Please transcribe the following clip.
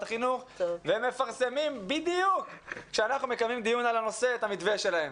החינוך והם מפרסמים בדיוק כשאנחנו מקיימים דיון על הנושא את המתווה שלהם.